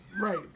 right